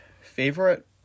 Favorite